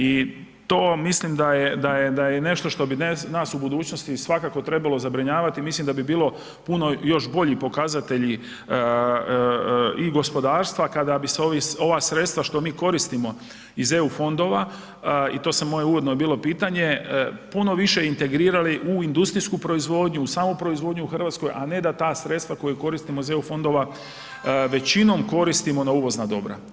I to mislim da je nešto što bi nas u budućnosti svakako zabrinjavati, mislim da bi bilo puno još bolji pokazatelji i gospodarstva kada bi se ova sredstva što mi koristimo iz EU fondova i to sam uvodno je moje bilo pitanje, puno više integrirali u industrijsku proizvodnju u samu proizvodnju u Hrvatskoj, a ne da ta sredstva koja koristimo iz EU fondova većinom koristimo na uvozna dobra.